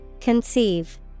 Conceive